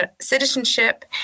citizenship